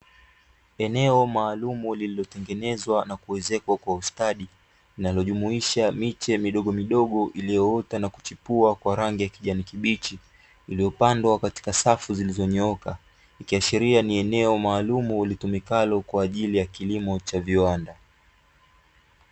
Eneo maalumu lililotengenezwa na kuezekwa kwa ustadi, linalojumuisha miche midogomidogo iliyoota na kuchipua kwa rangi ya kijani kibichi, iliyopandwa katika safu zilizonyooka, ikiashiria ni eneo maalumu litumikalo kwa ajili ya kilimo cha viwanda.